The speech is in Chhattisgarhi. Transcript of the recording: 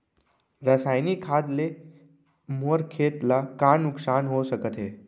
रसायनिक खाद ले मोर खेत ला का नुकसान हो सकत हे?